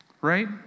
right